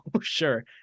Sure